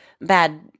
bad